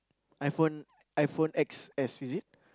iPhone iPhone X_S is it